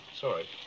Sorry